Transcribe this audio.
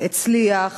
שהצליח